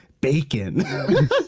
bacon